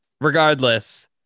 regardless